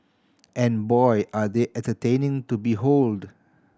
and boy are they entertaining to behold